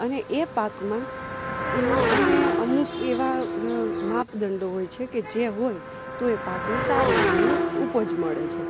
અને એ પાકમાં એને અમુક એવા માપદંડો હોય છે કે જે હોય તો એ પાકની સારી એવી ઉપજ મળે છે